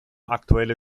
aktuelle